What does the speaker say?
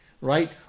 right